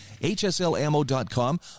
HSLAMMO.com